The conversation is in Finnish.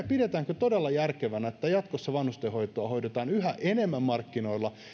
pidetäänkö todella järkevänä että jatkossa vanhustenhoitoa hoidetaan yhä enemmän markkinoilla